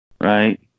right